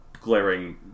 glaring